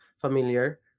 familiar